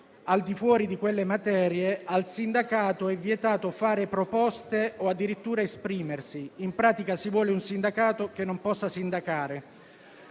al di fuori di quelle materie, al sindacato è vietato fare proposte o addirittura esprimersi. In pratica si vuole un sindacato che non possa sindacare.